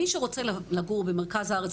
מי שרוצה לגור במרכז הארץ,